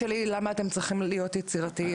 היא למה אתם צריכים להיות יצירתיים.